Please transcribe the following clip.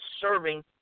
serving